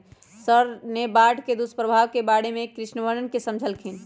sir ने बाढ़ के दुष्प्रभाव के बारे में कृषकवन के समझल खिन